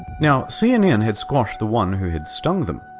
now cnn had squashed the one who had stung them,